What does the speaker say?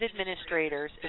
administrators